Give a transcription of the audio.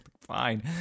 Fine